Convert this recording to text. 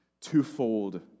twofold